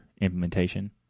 implementation